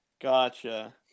Gotcha